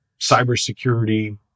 cybersecurity